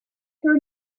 here